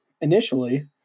initially